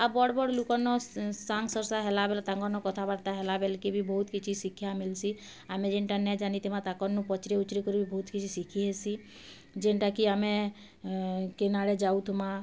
ଆଉ ବଡ଼୍ ବଡ଼୍ ଲୁକର୍ନ ସାଙ୍ଗ୍ ସର୍ସା ହେଲାବେଲେ ତାଙ୍କର୍ନ କଥାବାର୍ତ୍ତା ହେଲାବେଲ୍କେ ବି ବହୁତ୍ କିଛି ଶିକ୍ଷା ମିଲ୍ସି ଆମେ ଯେନ୍ଟା ନେ ଜାନିଥିମା ତାଙ୍କର୍ନୁ ପଚ୍ରେଇ ଉଚ୍ରେଇ କରି ବି ବହୁତ୍ କିଛି ଶିଖିହେସି ଯେନ୍ଟାକି ଆମେ କେନଆଡ଼େ ଯାଉଥୁମା